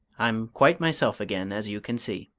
i'm quite myself again, as you can see.